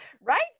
right